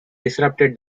disrupted